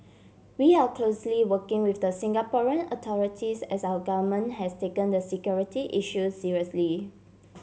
we are closely working with the Singaporean authorities as our government has taken the security issue seriously